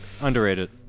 Underrated